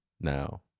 Now